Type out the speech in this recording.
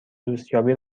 دوستیابی